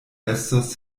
estos